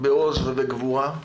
בעוז ובגבורה,